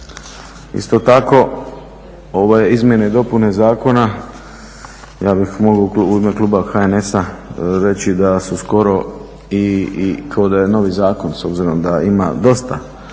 Isto tako ove izmjene i dopune zakona ja bih, mogu i ime kluba HNS-a reći da su skoro i kao da je novi zakon s obzirom da ima dosta izmjena